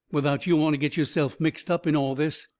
without yo' want to get yo'self mixed up in all this.